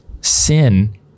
sin